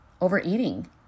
overeating